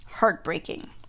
heartbreaking